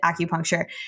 acupuncture